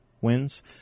wins